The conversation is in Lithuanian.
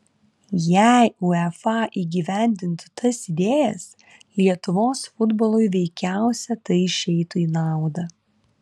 jei uefa įgyvendintų tas idėjas lietuvos futbolui veikiausia tai išeitų į naudą